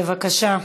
בבקשה.